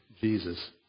Jesus